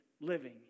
living